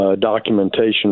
documentation